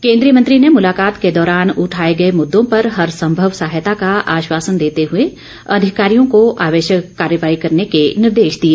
केन्द्रीय मंत्री ने मुलाकात के दौरान उठाए गए मुद्दों पर हर संभव सहायता का आश्वासन देते हुए अधिकारियों को आवश्यक कार्रवाई करने के निर्देश दिए